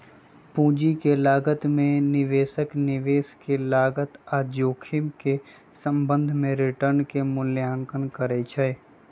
पूंजी के लागत में निवेशक निवेश के लागत आऽ जोखिम के संबंध में रिटर्न के मूल्यांकन करइ छइ